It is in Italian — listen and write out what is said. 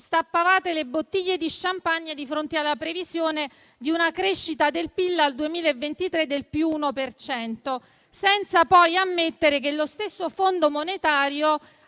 stappavate le bottiglie di *champagne* di fronte alla previsione di una crescita del PIL al 2023 del +1 per cento, senza poi ammettere che lo stesso Fondo monetario